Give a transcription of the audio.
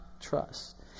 trust